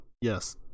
yes